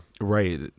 Right